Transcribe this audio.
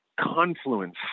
confluence